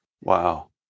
Wow